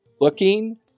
looking